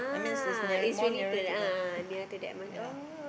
that means it's nearer more nearer to the yeah